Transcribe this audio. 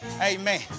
Amen